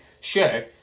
sure